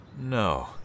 No